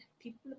people